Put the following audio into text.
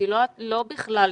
לא בכלל.